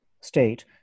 state